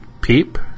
peep